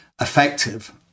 effective